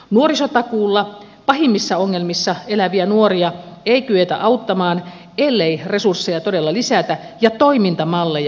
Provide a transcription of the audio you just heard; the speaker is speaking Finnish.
nuorisotakuulla pahimmissa ongelmissa eläviä nuoria ei kyetä auttamaan ellei resursseja todella lisätä ja toimintamalleja räätälöidä